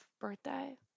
birthday